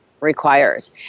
requires